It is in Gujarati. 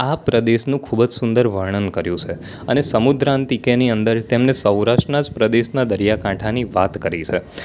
આ પ્રદેશનું ખૂબ જ સુંદર વર્ણન કર્યું છે અને સમુદ્રાંતિકેની અંદર તેમને સૌરાષ્ટ્રના જ પ્રદેશના દરિયાકાંઠાની વાત કરી છે